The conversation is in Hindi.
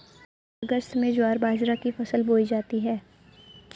अगस्त में ज्वार बाजरा की फसल बोई जाती हैं